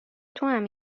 توام